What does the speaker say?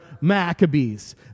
Maccabees